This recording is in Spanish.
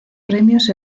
premios